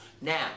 Now